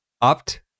opt